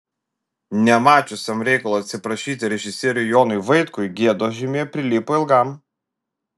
nemačiusiam reikalo atsiprašyti režisieriui jonui vaitkui gėdos žymė prilipo ilgam